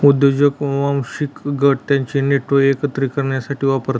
उद्योजक वांशिक गट त्यांचे नेटवर्क एकत्रित करण्यासाठी वापरतात